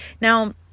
Now